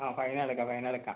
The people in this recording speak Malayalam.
ആ ഫൈനടക്കാം ഫൈനടക്കാം